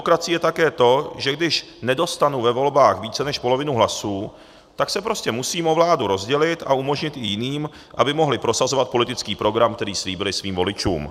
A demokracie je také to, že když nedostanu ve volbách více než polovinu hlasů, tak se prostě musím o vládu rozdělit a umožnit i jiným, aby mohli prosazovat politický program, který slíbili svým voličům.